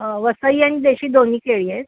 वसई आणि देशी दोन्ही केळी आहेत